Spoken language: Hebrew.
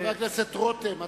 חבר הכנסת רותם,